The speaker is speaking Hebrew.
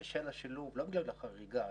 לא בגלל החריגה,